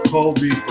Kobe